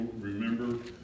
remember